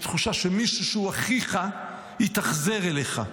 מתחושה שמישהו שהוא אחיך התאכזר אליך.